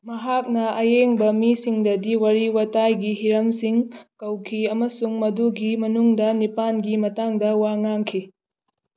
ꯃꯍꯥꯛꯅ ꯑꯌꯦꯡꯕ ꯃꯤ ꯁꯤꯡꯗꯒꯤ ꯋꯥꯔꯤ ꯋꯥꯇꯥꯏꯒꯤ ꯍꯤꯔꯝꯁꯤꯡ ꯀꯧꯈꯤ ꯑꯃꯁꯨꯡ ꯃꯗꯨꯒꯤ ꯃꯅꯨꯡꯗ ꯅꯤꯄꯥꯟꯒꯤ ꯃꯇꯥꯡꯗ ꯋꯥ ꯉꯥꯡꯈꯤ